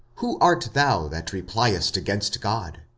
who art thou that repliest against god?